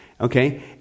Okay